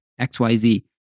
XYZ